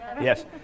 Yes